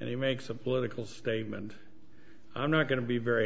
and he makes a political statement i'm not going to be very